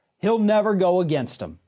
he'll never go against them.